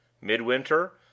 Midwinter